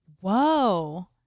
whoa